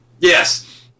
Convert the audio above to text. Yes